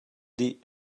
dih